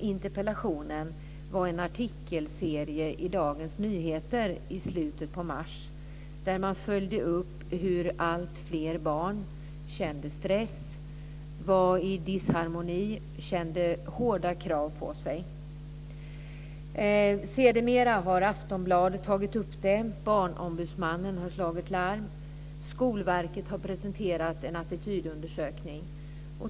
interpellationen var en artikelserie i Dagens Nyheter i slutet av mars där man följde upp hur alltfler barn kände stress, var i disharmoni och kände hårda krav på sig. Sedermera har Aftonbladet tagit upp frågan, Barnombudsmannen har slagit larm och Skolverket har presenterat en attitydundersökning.